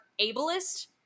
ableist